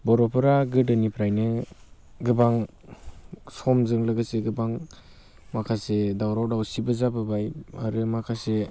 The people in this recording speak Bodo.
बर'फोरा गोदोनिफ्रायनो गोबां समजों लोगोसे गोबां माखासे दावराव दावसिबो जाबोबाय आरो माखासे